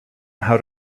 how